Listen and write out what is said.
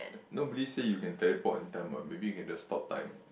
nobody say you can teleport in time what maybe you can just stop time